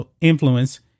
influence